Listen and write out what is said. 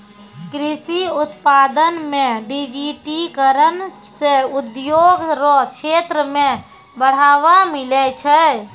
कृषि उत्पादन मे डिजिटिकरण से उद्योग रो क्षेत्र मे बढ़ावा मिलै छै